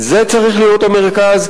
זה צריך להיות המרכז,